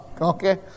Okay